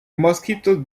mosquitos